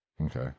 Okay